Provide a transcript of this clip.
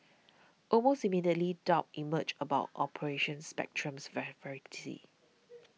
almost immediately doubts emerged about Operation Spectrum's veracity